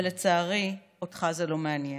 אבל לצערי, אותך זה לא מעניין.